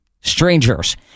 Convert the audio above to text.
strangers